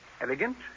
elegant